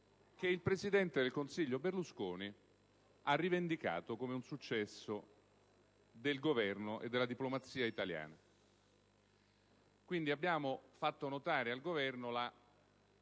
che il presidente del Consiglio Berlusconi ha rivendicato come un successo del Governo e della diplomazia italiana. Abbiamo quindi fatto notare al Governo